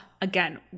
Again